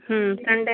ಹ್ಞೂ ಸಂಡೆ